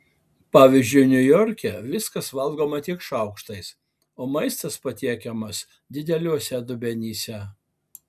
pavyzdžiui niujorke viskas valgoma tik šaukštais o maistas patiekiamas dideliuose dubenyse